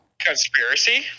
Conspiracy